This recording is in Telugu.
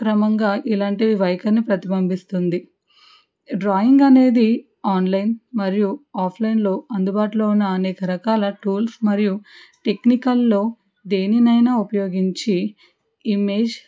క్రమంగా ఇలాంటి వైఖరిని ప్రతిబింబిస్తుంది డ్రాయింగ్ అనేది ఆన్లైన్ మరియు ఆఫ్లైన్లో అందుబాటులో ఉన్న అనేక రకాల టూల్స్ మరియు టెక్నికల్లో దేనినైనా ఉపయోగించి ఇమేజ్